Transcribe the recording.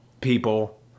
people